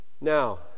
Now